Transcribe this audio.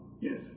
Yes